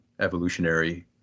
evolutionary